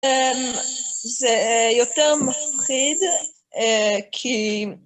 זה יותר מפחיד, כי...